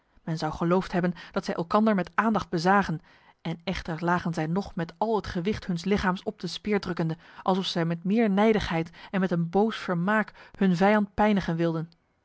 men zou geloofd hebben dat zij elkander met aandacht bezagen en echter lagen zij nog met al het gewicht huns lichaams op de speer drukkende alsof zij met meer nijdigheid en met een boos vermaak hun vijand pijnigen wilden